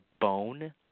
bone